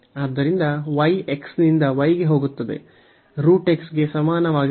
ಆದ್ದರಿಂದ y x ನಿಂದ y ಗೆ ಹೋಗುತ್ತದೆ √x ಗೆ ಸಮಾನವಾಗಿರುತ್ತದೆ